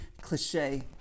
cliche